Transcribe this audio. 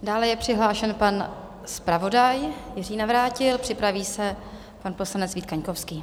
Dále je přihlášen pan zpravodaj Jiří Navrátil, připraví se pan poslanec Vít Kaňkovský.